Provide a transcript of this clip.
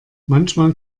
manchmal